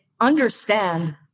understand